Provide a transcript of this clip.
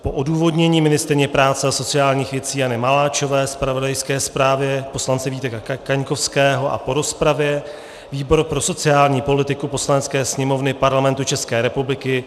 Po odůvodnění ministryně práce a sociálních věcí Jany Maláčové, zpravodajské zprávě poslance Víta Kaňkovského a po rozpravě výbor pro sociální politiku Poslanecké sněmovny Parlamentu České republiky